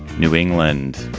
new england,